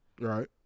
Right